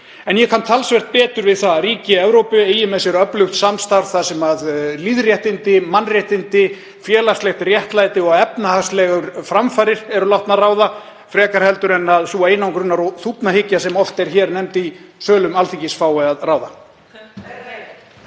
en ég kann talsvert betur við það að ríki í Evrópu eigi með sér öflugt samstarf þar sem lýðréttindi, mannréttindi, félagslegt réttlæti og efnahagslegar framfarir eru látin ráða frekar en að sú einangrunar- og þúfnahyggja, sem oft er nefnd í sölum Alþingis, fái að ráða.